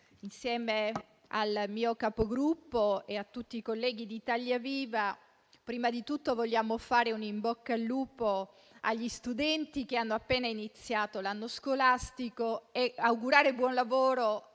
insieme al mio Capogruppo e a tutti i colleghi di Italia Viva vogliamo anzitutto fare un in bocca al lupo agli studenti che hanno appena iniziato l'anno scolastico e augurare buon lavoro